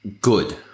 good